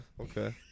okay